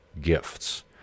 gifts